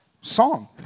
song